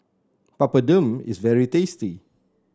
Papadum is very tasty